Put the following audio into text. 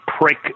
prick